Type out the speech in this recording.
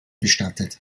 bestattet